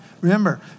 Remember